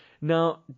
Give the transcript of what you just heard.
Now